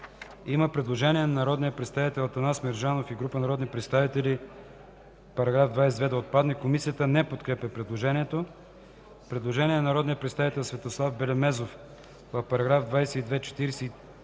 Има предложение от народния представител Атанас Мерджанов и група народни представители § 44 да отпадне. Комисията не подкрепя предложението. Предложение от народния представител Светослав Белемезов: „В § 44: